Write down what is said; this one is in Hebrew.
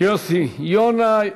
יוסי יונה.